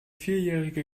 vierjährige